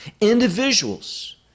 individuals